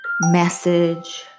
message